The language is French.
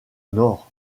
nord